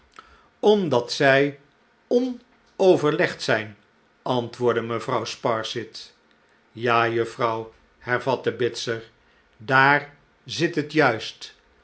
omdat zij onoverleggend zijn antwoordde mevrouw sparsit ja juffrouw hervatte bitzer daar zit het juist